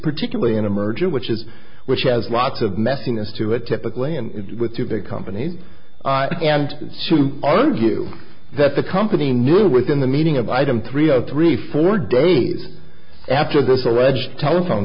particularly in a merger which is which has lots of messiness to it typically and with two big companies and argue that the company knew within the meaning of item three zero three four days after this alleged telephone